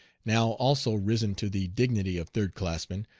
now also risen to the dignity of third-classmen,